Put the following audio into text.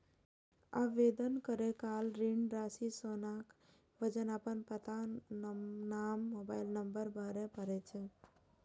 आवेदन करै काल ऋण राशि, सोनाक वजन, अपन पता, नाम, मोबाइल नंबर भरय पड़ै छै